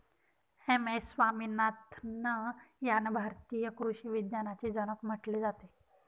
M S Swaminathan यांना भारतीय कृषी विज्ञानाचे जनक म्हटले जाते